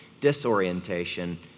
disorientation